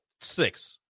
six